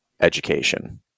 education